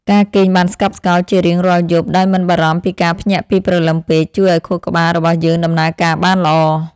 ការគេងបានស្កប់ស្កល់ជារៀងរាល់យប់ដោយមិនបារម្ភពីការភ្ញាក់ពីព្រលឹមពេក ជួយឱ្យខួរក្បាលរបស់យើងដំណើរការបានល្អ។